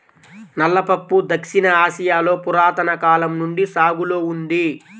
నల్ల పప్పు దక్షిణ ఆసియాలో పురాతన కాలం నుండి సాగులో ఉంది